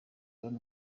brown